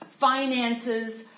finances